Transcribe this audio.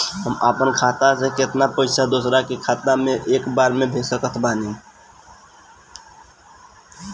हम अपना खाता से केतना पैसा दोसरा के खाता मे एक बार मे भेज सकत बानी?